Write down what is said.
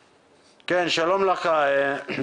שלום לך, שמואל.